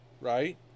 right